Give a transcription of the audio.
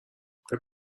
فکر